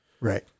Right